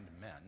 men